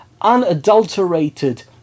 unadulterated